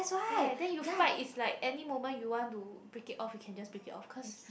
right then you fight it's like any moment you want to break it off you can just break it off because